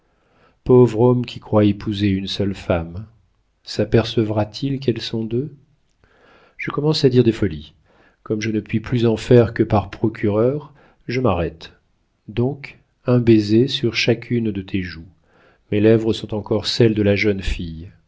pauvre homme qui croit épouser une seule femme sapercevra t il qu'elles sont deux je commence à dire des folies comme je ne puis plus en faire que par procureur je m'arrête donc un baiser sur chacune de tes joues mes lèvres sont encore celles de la jeune fille